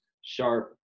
sharp